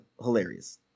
Hilarious